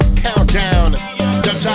countdown